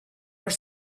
were